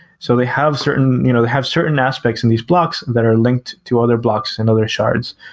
so they have certain you know have certain aspects in these blocks that are linked to other blocks and other shards.